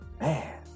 man